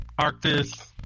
Arctis